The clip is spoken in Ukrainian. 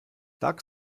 так